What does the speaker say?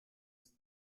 ist